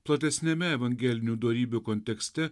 platesniame evangelinių dorybių kontekste